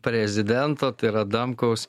prezidento tai yra adamkaus